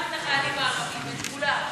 גם את החיילים הערבים, את כולם.